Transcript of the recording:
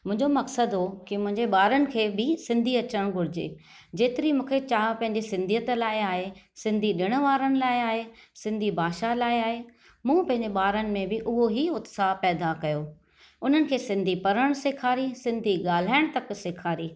मुंहिंजो मक़सदु हो की मुंहिंजे बा॒रनि खे बि सिंधी अचणु घुरिजे जेतिरी मुंखे चाहत पंहिंजी सिंधीयत लाइ आहे सिंधी डि॒णु वारनि लाइ आहे सिंधी भाषा लाइ आहे मूं पंहिंजनि बा॒रनि में बि उहेई उत्साह पैदा कयो उन्हनि खे सिंधी पढ़णु सेखारी सिंधी गा॒ल्हाइणु तक सेखारी